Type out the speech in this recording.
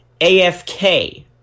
AFK